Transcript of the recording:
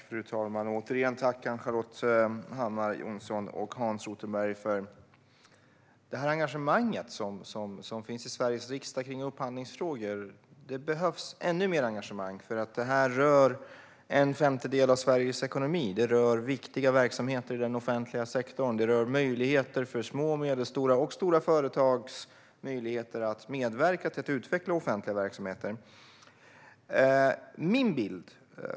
Fru talman! Återigen tack, Ann-Charlotte Hammar Johnsson och Hans Rothenberg! Engagemanget i upphandlingsfrågor som finns i Sveriges riksdag behövs det ännu mer av, för det rör en femtedel av Sveriges ekonomi. Det rör viktiga verksamheter i den offentliga sektorn. Det rör möjligheter för små och medelstora företag och stora företag att medverka till att utveckla offentliga verksamheter. Fru talman!